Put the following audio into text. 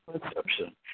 perception